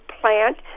plant